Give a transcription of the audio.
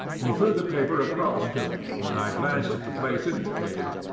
he threw the paper across to me and i glanced at the place indicated.